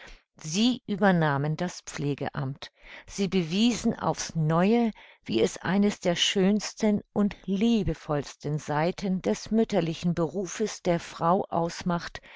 sie übernahmen das pflegeamt sie bewiesen auf's neue wie es eines der schönsten und liebevollsten seiten des mütterlichen berufes der frau ausmacht